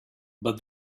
but